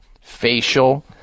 Facial